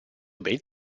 ben